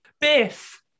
Biff